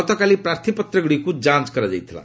ଗତକାଲି ପ୍ରାର୍ଥୀପତ୍ରଗୁଡ଼ିକୁ ଯାଞ୍ଚ କରାଯାଇଥିଲା